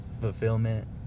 fulfillment